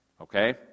Okay